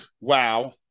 Wow